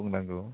बुंनांगौ